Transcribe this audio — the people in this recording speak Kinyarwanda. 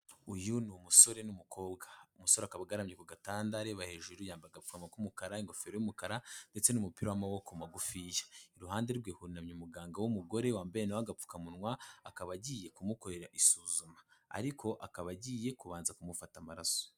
Uyu ni umusore n'umukobwa, umusore akaba agaramye ku gatanda areba hejuru yamba agapfuroma k'umukara n'ingofero y'umukara, ndetse n'umupira w'amaboko magufiya, iruhande rwe hunamye umuganga w'umugore wambaye nawe we agapfukamunwa, akaba agiye kumukorera isuzuma ariko akaba agiye kubanza kumufata amaraso.